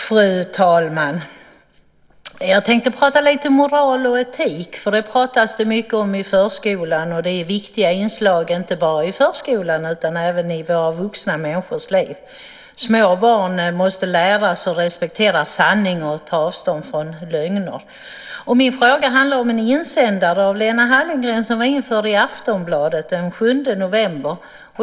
Fru talman! Jag tänkte prata lite moral och etik. Det pratas det mycket om i förskolan, och det är viktiga inslag inte bara i förskolan utan även i vuxna människors liv. Små barn måste lära sig att respektera sanning och ta avstånd från lögner. Min fråga handlar om en insändare av Lena Hallengren som var införd i Aftonbladet den 7 november.